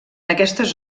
aquestes